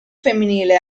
femminile